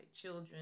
Children